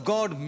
God